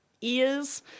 ears